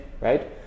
Right